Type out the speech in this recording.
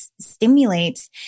stimulates